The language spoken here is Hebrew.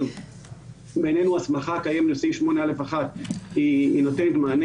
אבל בעינינו הסמכה קיימת בסעיף 8(א)(1) והיא נותנת מענה.